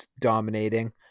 dominating